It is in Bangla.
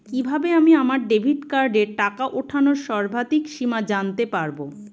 কিভাবে আমি আমার ডেবিট কার্ডের টাকা ওঠানোর সর্বাধিক সীমা জানতে পারব?